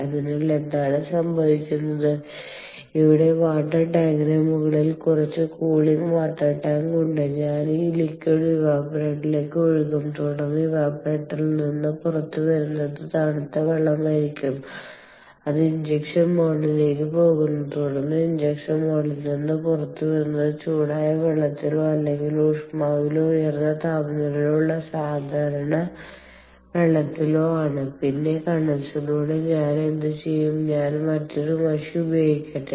അതിനാൽ എന്താണ് സംഭവിക്കുന്നത് ഇവിടെ വാട്ടർ ടാങ്കിന് മുകളിൽ കുറച്ച് കൂളിംഗ് വാട്ടർ ടാങ്ക് ഉണ്ട് ഞാൻ ഈ ലിക്വിഡ് ഇവാപറേറ്ററിലേക്ക് ഒഴുക്കും തുടർന്ന് ഇവാപറേറ്ററിൽ നിന്ന് പുറത്തുവരുന്നത് തണുത്ത വെള്ളമായിരിക്കും അത് ഇൻജെക്ഷൻ മൌൾഡിലേക്കു പോകുന്നു തുടർന്ന് ഇൻജെക്ഷൻ മൌൾഡിൽ നിന്ന് പുറത്തുവരുന്നത് ചൂടായ വെള്ളത്തിലോ അല്ലെങ്കിൽ ഊഷ്മാവിലോ ഉയർന്ന താപനിലയിലോ ഉള്ള സാധാരണ വെള്ളത്തിലോ ആണ് പിന്നെ കണ്ടൻസറിലൂടെ ഞാൻ എന്ത് ചെയ്യും ഞാൻ മറ്റൊരു മഷി ഉപയോഗിക്കട്ടെ